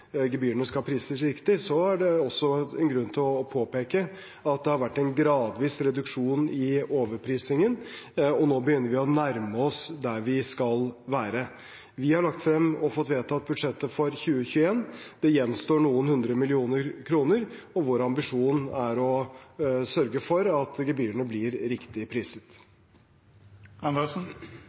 gebyrene skal prises riktig, er det også en grunn til å påpeke at det har vært en gradvis reduksjon i overprisingen, og nå begynner vi å nærme oss der vi skal være. Vi har lagt frem og fått vedtatt budsjettet for 2021. Det gjenstår noen hundre millioner kroner, og vår ambisjon er å sørge for at gebyrene blir riktig